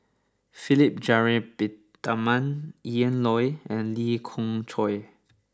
Philip Jeyaretnam Ian Loy and Lee Khoon Choy